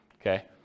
Okay